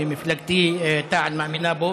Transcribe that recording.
ומפלגתי תע"ל מאמינה בו,